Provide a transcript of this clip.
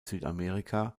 südamerika